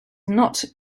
not